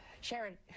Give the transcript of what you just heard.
Sharon